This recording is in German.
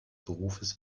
berufes